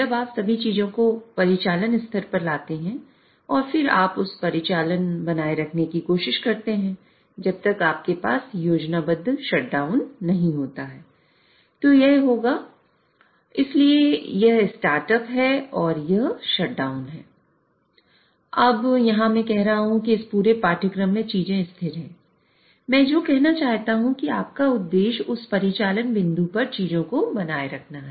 अब यहां मैं कह रहा हूं कि इस पूरे पाठ्यक्रम में चीजें स्थिर हैं मैं जो कहना चाहता हूं कि आपका उद्देश्य उस परिचालन बिंदु पर चीजों को बनाए रखना है